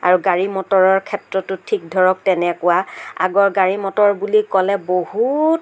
আৰু গাড়ী মটৰৰ ক্ষেত্ৰতো ঠিক ধৰক তেনেকুৱা আগৰ গাড়ী মটৰ বুলি ক'লে বহুত